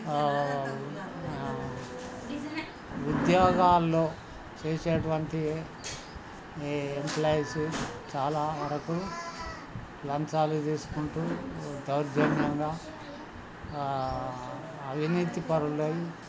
ఉద్యోగాల్లో చేసేటువంటి ఈ ఎంప్లాయిస్ చాలా వరకు లంచాలు తీసుకుంటూ దౌర్జన్యంగా అవినీతిపరులై